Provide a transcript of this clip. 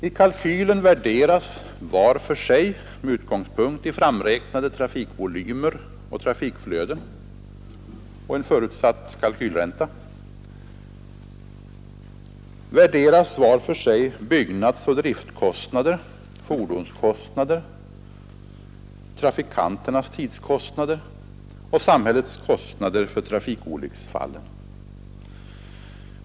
I kalkylen värderas, med utgångspunkt i framräknade trafikvolymer och trafikflöden samt förutsatt kalkylränta, var för sig byggnadsoch driftkostnader, fordonskostnader, trafikanternas tidskostnader och samhällets kostnader för trafikolycksfallen.